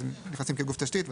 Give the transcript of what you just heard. הם נכנסים כגוף תשתית.